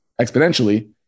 exponentially